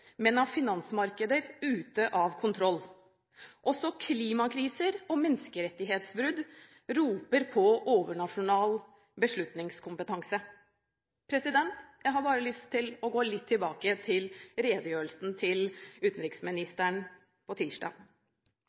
men av finansmarkeder ute av kontroll. Også klimakriser og menneskerettighetsbrudd roper på overnasjonal beslutningskompetanse. Jeg har bare lyst til å gå litt tilbake til utenriksministerens redegjørelse på tirsdag.